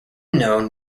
known